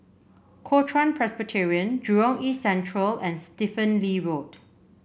Kuo Chuan Presbyterian Jurong East Central and Stephen Lee Road